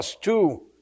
Two